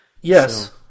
Yes